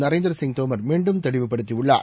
நரேந்திர சிங் தோமர் மீண்டும் தெளிவுபடுத்தியுள்ளார்